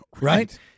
Right